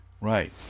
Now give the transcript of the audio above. Right